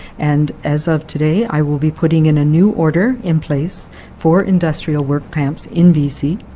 and as of today, i will be putting in a new order in place for industrial work camps in bc.